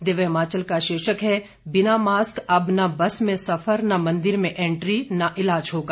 दिव्य हिमाचल का शीर्षक है बिना मास्क अब न बस में सफर न मंदिर में एंट्री न इलाज होगा